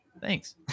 thanks